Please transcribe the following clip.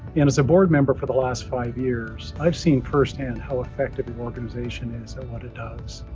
and as a board member for the last five years, i've seen firsthand how effective your organization is at what it does.